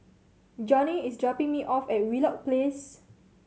Johnny is dropping me off at Wheelock Place